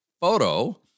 photo